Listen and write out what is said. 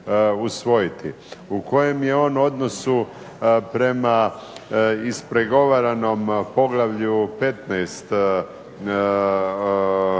usvojiti, u kojem je on odnosu prema ispregovaranom poglavlju 15.